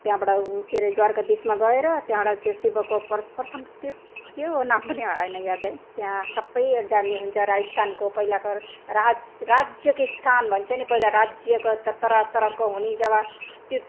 त्यहाँबाट उ केरे द्वारकादेशमा गएर त्यहाँबाट शिवको प्रथम प्रथम त्यो के हो नाम पनि आएन यादै त्यहाँ सबै जर्नी हुन्छ राजस्थानको पहिला राज्य राज्यके स्थान भन्छ नि पहिला राज्यको तरहा तरहाको हुने जग्गा त्यो